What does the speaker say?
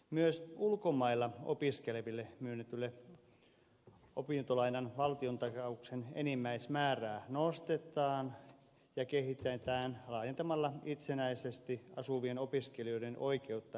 myös ulkomailla opiskelevien opintolainan valtiontakauksen enimmäismäärää nostetaan samoin laajennetaan itsenäisesti asuvien opiskelijoiden oikeutta valtiontakaukseen